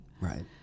Right